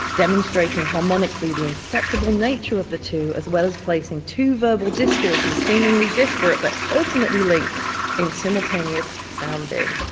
demonstrating harmonically the inseparable nature of the two, as well as placing two verbal discourses, seemingly disparate but ultimately linked in simultaneous sounding.